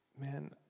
man